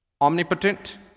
omnipotent